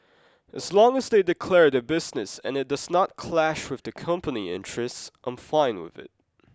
as long as they declare their business and it does not clash with the company interests I'm fine with it